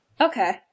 Okay